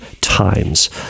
times